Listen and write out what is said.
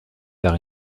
par